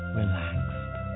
relaxed